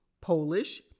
Polish